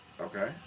Okay